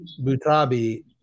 Butabi